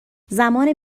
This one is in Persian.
زمان